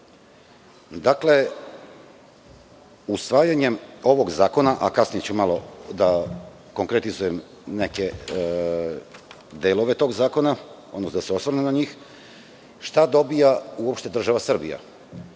građevinarstva. Usvajanjem ovog zakona, a kasnije ću malo da konkretizujem neke delove tog zakona, da se osvrnem na njih, šta dobija uopšte država Srbija?